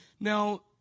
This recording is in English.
Now